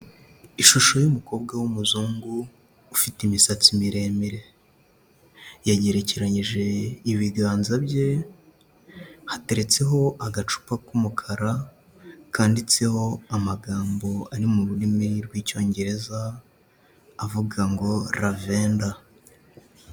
Ishusho y'umukobwa w'umuzungu ufite imisatsi miremire, yagerekeyije ibiganza bye hateretseho agacupa k'umukara, kanditseho amagambo ari mu rurimi rw'Icyongereza avuga ngo lavender.